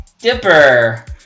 Dipper